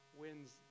wins